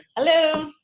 hello